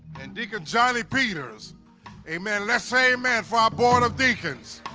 and deacon charlie peters amen. let's say amen for our board of deacons